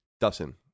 Dustin